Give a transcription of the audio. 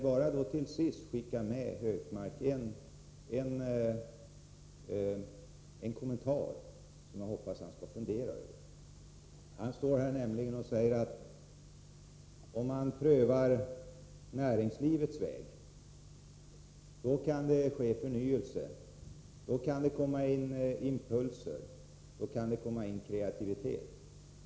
Låt mig till sist skicka med Gunnar Hökmark en kommentar, som jag hoppas att han skall fundera över. Han säger att om man prövar näringslivets väg kan det ske förnyelse, då kan det komma in impulser och då kan det komma in kreativitet.